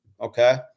okay